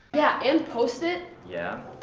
yeah, and post it! yeah?